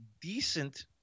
decent